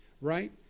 right